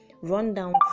rundown